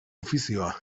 ofizioa